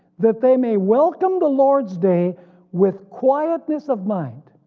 that they may welcome the lord's day with quietness of mind.